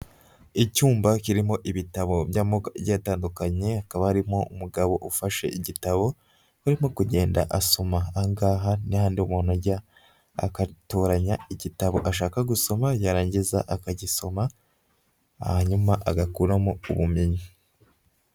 Icyumba kirimo ibitabo by'amoko agiye atandukanye, hakaba harimo umugabo ufashe igitabo arimo kugenda asoma, aha ngaha ni hahandi umuntu ajya akatoranya igitabo ashaka gusoma yarangiza akagisoma, hanyuma agakuramo ubumenyi.